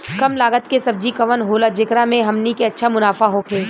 कम लागत के सब्जी कवन होला जेकरा में हमनी के अच्छा मुनाफा होखे?